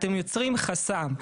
אתם יוצרים חסם.